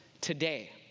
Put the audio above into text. Today